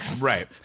Right